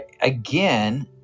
Again